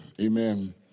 Amen